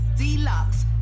deluxe